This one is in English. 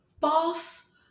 False